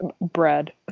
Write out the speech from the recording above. bread